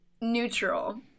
Neutral